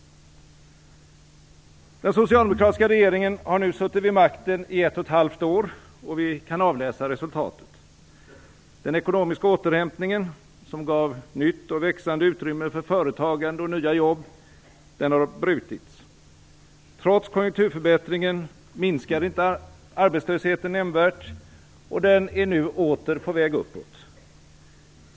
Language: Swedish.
Den socialdemokratiska regeringen har nu suttit vid makten i ett och ett halvt år, och vi kan avläsa resultatet. Den ekonomiska återhämtningen, som gav nytt och växande utrymme för företagande och nya jobb, har brutits. Trots konjunkturförbättringen minskade inte arbetslösheten nämnvärt, och den är nu åter på väg uppåt.